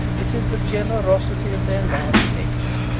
it is the generosity of their large nature.